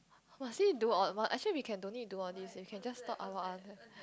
must we do all actually we can don't need do all these we can just talk about others